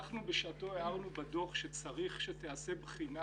אנחנו בשעתו הערנו בדוח שצריך שתיעשה בחינה